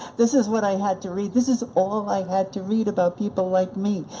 this is what i had to read, this is all i had to read about people like me.